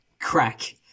Crack